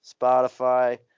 Spotify